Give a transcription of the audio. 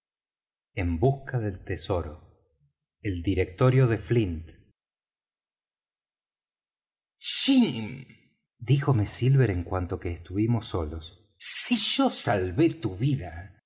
en busca del tesoro el directorio de flint jim díjome silver en cuanto que estuvimos solos si yo salvé tu vida